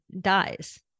dies